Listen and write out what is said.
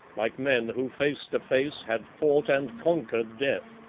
like men who face to face had fought and conquered death,